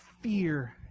fear